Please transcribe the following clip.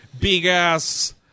big-ass